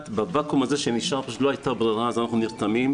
בוואקום הזה שנוצר פשוט לא הייתה ברירה אז אנחנו נרתמים.